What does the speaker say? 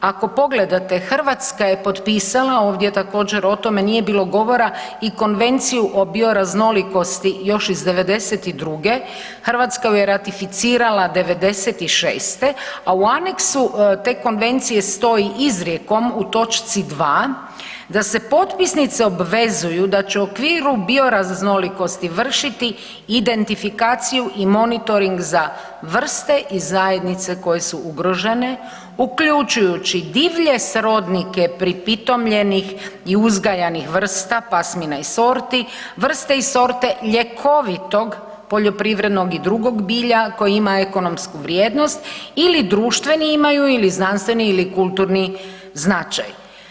Ako pogledate, Hrvatska je potpisala, ovdje također o tome nije bilo govora i Konvenciju o bioraznolikosti još iz '92., Hrvatska ju je ratificirala '96., a u aneksu te konvencije stoji izrijekom u točci 2. da se potpisnice obvezuju da će u okviru bioraznolikosti, vršiti identifikaciju i monitoring za vrste i zajednice koje su ugrožene, uključujući divlje srodnike pripitomljenih i uzgajanih vrsta, pasmina i sorti, vrste i sorte ljekovitog poljoprivrednog i drugog bilja koje ima ekonomsku vrijednost ili društveni imaju ili znanstveni ili kulturni značaj.